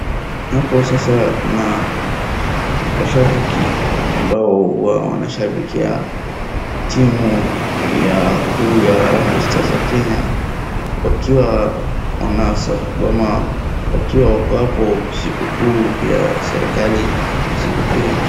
Hapo sasa kuna mashabiki ambao wanashabikia timu kuu ya harambe starts ya Kenya wakiwa wako hapo siku kuu ya serikali siku kuu ya nchi.